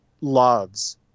loves